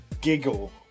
giggle